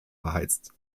beheizt